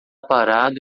parado